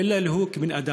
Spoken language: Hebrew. אלא לו כבן-אדם.